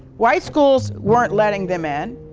white schools weren't letting them in,